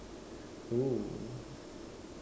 ooh